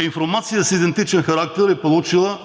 Информация с идентичен характер е